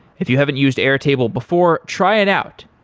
if you haven't used air table before, try it out,